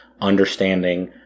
understanding